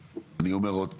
אני אומר עוד פעם.